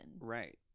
Right